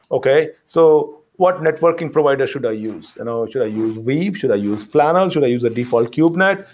okay. so what networking provider should i use? and um should i use wave? should i use flannel? should i use a default cube net?